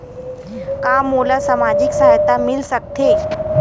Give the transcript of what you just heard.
का मोला सामाजिक सहायता मिल सकथे?